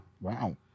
Wow